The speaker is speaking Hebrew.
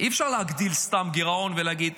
אי-אפשר להגדיל סתם גירעון ולהגיד,